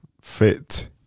fit